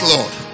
Lord